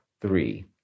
three